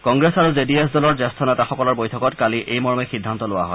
কংগ্ৰেছ আৰু J D S দলৰ জ্যেষ্ঠ নেতাসকলৰ বৈঠকত কালি এই মৰ্মে এটা সিদ্ধান্ত লোৱা হয়